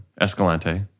Escalante